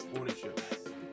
ownership